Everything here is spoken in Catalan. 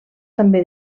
també